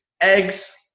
Eggs